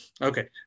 okay